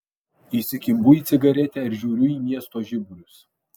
įsikimbu į cigaretę ir žiūriu į miesto žiburius